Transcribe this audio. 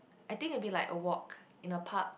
I think it will be like a walk in a park